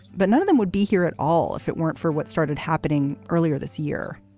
but none of them would be here at all if it weren't for what started happening earlier this year.